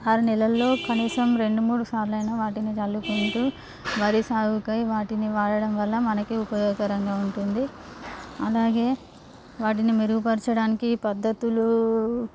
ఆరు నెలల్లో కనీసం రెండు మూడు సార్లయినా వాటిని చల్లుకుంటూ వరి సాగుకై వాటిని వాడడం వల్ల మనకి ఉపయోగకరంగా ఉంటుంది అలాగే వాటిని మెరుగు పరచడానికి ఈ పద్ధతులు